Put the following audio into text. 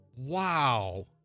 Wow